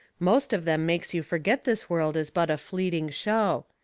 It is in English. most of them makes you forget this world is but a fleeting show.